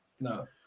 no